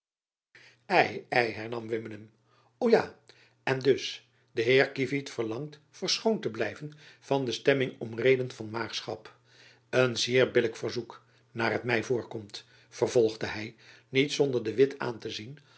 ja en dus de heer kievit verlangt verschoond te blijven van de stemming om reden van maagschap een zeer billijk verzoek naar t my voorkomt vervolgde hy niet zonder de witt aan te zien